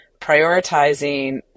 prioritizing